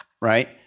right